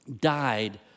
died